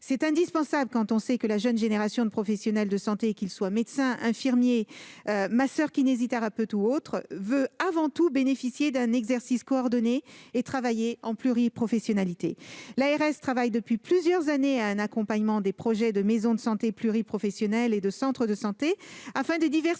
est indispensable quand on sait que la jeune génération de professionnels de santé- médecins, infirmiers, masseurs-kinésithérapeutes ou autres -souhaite avant tout bénéficier d'un exercice coordonné et travailler en pluriprofessionnalité. L'ARS accompagne depuis plusieurs années les projets de maisons de santé pluriprofessionnelles (MSP) et de centres de santé (CDS), afin de diversifier